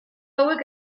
hauek